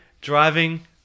Driving